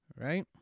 right